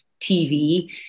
TV